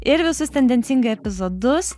ir visus tendencingai epizodus